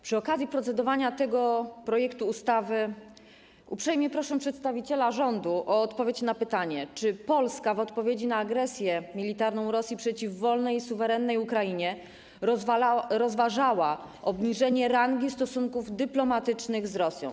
Przy okazji procedowania nad tym projektem ustawy uprzejmie proszę przedstawiciela rządu o odpowiedź na pytanie, czy Polska w odpowiedzi na agresję militarną Rosji przeciw wolnej i suwerennej Ukrainie rozważała obniżenie rangi stosunków dyplomatycznych z Rosją.